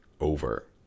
over